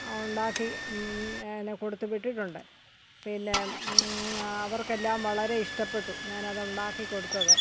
ആ ഉണ്ടാക്കി പിന്നെ കൊടുത്ത് വിട്ടിട്ടുണ്ട് പിന്നെ അവർക്കെല്ലാം വളരെ ഇഷ്ടപ്പെട്ടു ഞാനതുണ്ടാക്കി കൊടുത്തത്